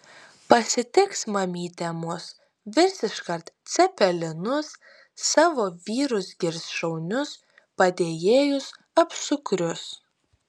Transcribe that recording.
pasitiks mamytė mus virs iškart cepelinus savo vyrus girs šaunius padėjėjus apsukrius